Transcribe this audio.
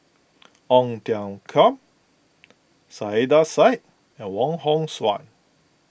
Ong Tiong Khiam Saiedah Said and Wong Hong Suen